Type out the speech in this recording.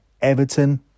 Everton